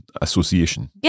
association